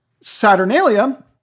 Saturnalia